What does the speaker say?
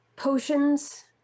Potions